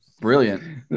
Brilliant